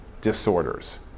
disorders